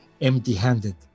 empty-handed